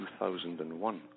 2001